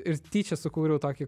ir tyčia sukūriau tokį